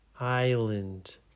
Island